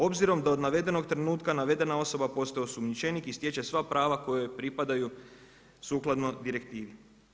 Obzirom da od navedenog trenutka navedena osoba postaje osumnjičenik i stječe sva prava koja joj pripadaju sukladno direktivi.